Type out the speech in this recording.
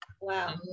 Wow